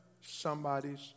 somebody's